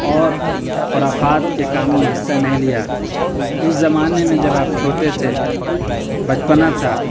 اور خرافات کے کاموں میں حصہ نہیں لیا اس زمانے میں جب آپ چھوٹے تھے بچپنا تھا